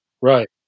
Right